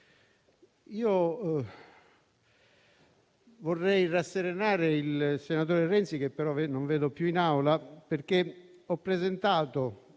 Vorrei rasserenare il senatore Renzi (che però non vedo più in Aula), perché ho presentato